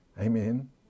Amen